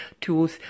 tools